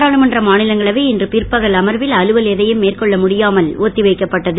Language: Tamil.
நாடாளுமன்ற மாநிலங்களவை இன்று பிற்பகல் அமர்வில் அலுவல் எதையும் மேற்கொள்ள முடியாமல் ஒத்திவைக்கப்பட்டது